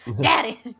Daddy